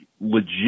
legit